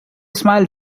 smiled